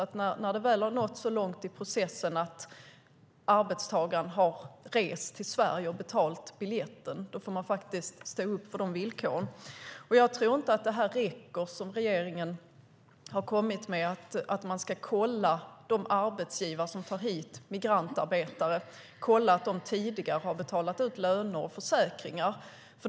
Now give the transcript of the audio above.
När processen väl har nått så långt att arbetstagaren har rest till Sverige och betalat biljetten får arbetsgivaren faktiskt stå upp för villkoren. Jag tror inte att det räcker med det som regeringen har kommit med, att man ska kolla att de arbetsgivare som tar hit migrantarbetare tidigare har betalat ut löner och tecknat försäkringar.